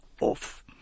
off